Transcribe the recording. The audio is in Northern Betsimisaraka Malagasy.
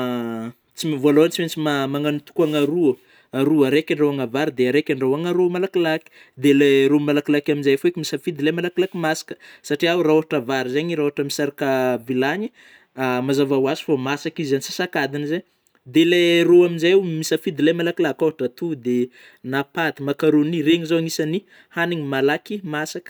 tsy-ny vôalôhany tsy maintsy magnano tokona roa aroa, raiky andahoana vary, raiky andrahoana rô malakillaky ,dia ilay rô malakilaky amin'izay akeo misafidy malakilaky masaka satrià o raha ôhatry vary zeigny raha ohatra misaraka vilagny mazava ho azy fô masaka izy antsasak'adiny zay; dia le rô amin'izay misafidy ilay malakilaky ôhatry atody ,na paty, makarony regny zao agnisany haniny malaky masaka.